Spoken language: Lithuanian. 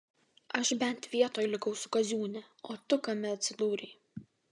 aš bent vietoj likau su kaziūne o tu kame atsidūrei